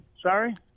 Sorry